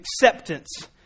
acceptance